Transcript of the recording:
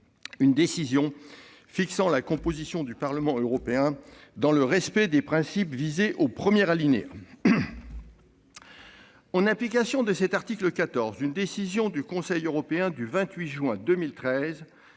une décision fixant la composition du Parlement européen, dans le respect des principes visés au premier alinéa. » En application de cet article 14, une décision du Conseil européen du 28 juin 2013